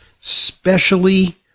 specially